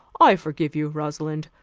i forgive you, rosalind,